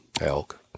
Elk